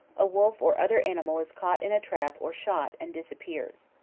a wolf or other animal is caught in a trap or shot, and disappears.